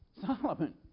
Solomon